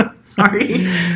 sorry